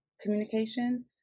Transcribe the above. communication